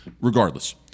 Regardless